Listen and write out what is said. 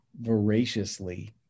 voraciously